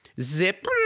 Zip